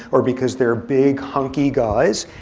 or because they're big, hunky guys?